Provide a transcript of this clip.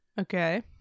Okay